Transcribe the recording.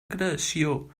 creació